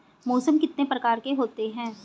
मौसम कितने प्रकार के होते हैं?